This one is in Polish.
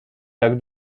tak